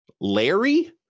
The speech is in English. Larry